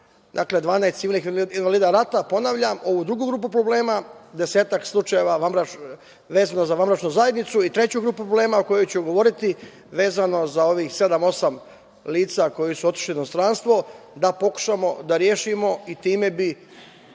dakle, 12 civilnih invalida rata, ponavljam i ovu drugu grupu problema, desetak slučajeva vezano za vanbračnu zajednicu i treću grupu problema o kojoj ću govoriti, vezano za ovih sedam, osam lica koja su otišla u inostranstvo, da pokušamo da rešimo. Time bi